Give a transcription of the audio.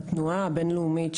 התנועה הבין לאומית,